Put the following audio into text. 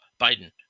biden